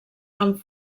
amb